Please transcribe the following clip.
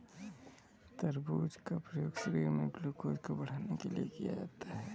तरबूज का प्रयोग शरीर में ग्लूकोज़ को बढ़ाने के लिए किया जाता है